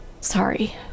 sorry